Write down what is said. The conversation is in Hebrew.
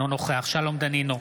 אינו נוכח שלום דנינו,